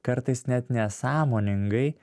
kartais net nesąmoningai